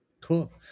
Cool